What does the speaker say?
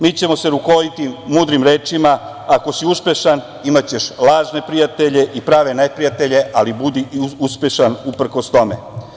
Mi ćemo se rukovoditi mudrim rečima - ako si uspešan imaćeš lažne prijatelje i prave neprijatelje ali budi uspešan uprkos tome.